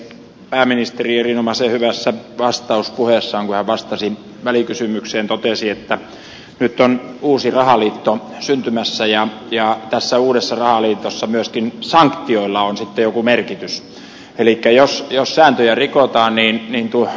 pääministeri erinomaisen hyvässä vastauspuheessaan kun hän vastasi välikysymykseen totesi että nyt on uusi rahaliitto syntymässä ja tässä uudessa rahaliitossa myöskin sanktioilla on sitten joku merkitys elikkä jos sääntöjä rikotaan niin tulee sanktiot